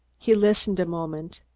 he listened a moment.